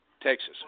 Texas